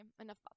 enough